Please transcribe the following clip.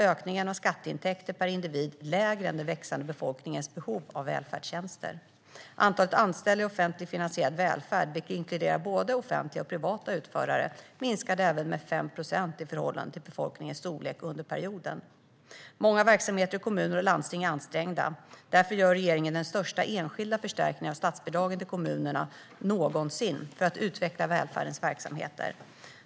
Ökningen av skatteintäkter per individ var alltså mindre än den växande befolkningens behov av välfärdstjänster. Antalet anställda i offentligt finansierad välfärd, vilket inkluderar både offentliga och privata utförare, minskade även med 5 procent i förhållande till befolkningens storlek under perioden. Många verksamheter i kommuner och landsting är ansträngda. Därför gör regeringen den största enskilda förstärkningen av statsbidragen till kommunerna någonsin för att utveckla välfärdens verksamheter.